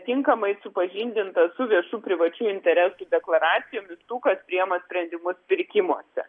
tinkamai supažindinta su viešų privačių interesų deklaracijomis tų kas priima sprendimus pirkimuose